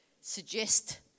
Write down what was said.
suggest